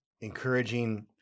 encouraging